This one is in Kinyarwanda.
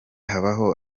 habaho